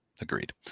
agreed